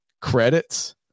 credits